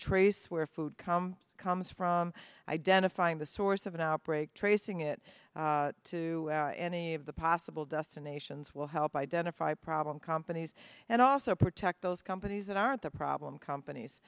trace where food come comes from identifying the source of an outbreak tracing it to any of the possible destinations will help identify problem companies and also protect those companies that are the problem companies